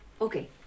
Okay